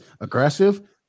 aggressive